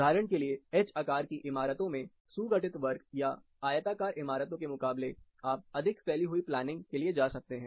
उदाहरण के लिए एच आकार की इमारतों में सुगठित वर्ग या आयताकार इमारतों के मुकाबले आप अधिक फैली हुई प्लानिंग के लिए जा सकते हैं